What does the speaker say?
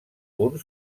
punt